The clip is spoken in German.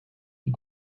die